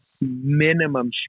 minimum